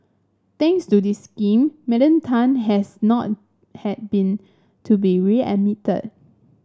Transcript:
thanks to this scheme Madam Tan has not had been to be readmitted